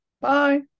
Bye